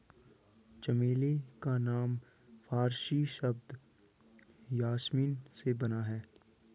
चमेली का नाम फारसी शब्द यासमीन से बना है